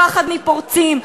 הפחד מפורצים,